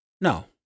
No